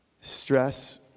Stress